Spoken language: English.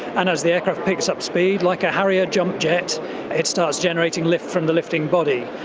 and as the aircraft picks up speed, like a harrier jump jet it starts generating lift from the lifting body.